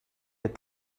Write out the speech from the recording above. get